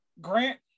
grant